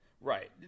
Right